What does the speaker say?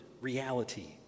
reality